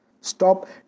Stop